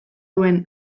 duen